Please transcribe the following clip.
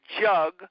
jug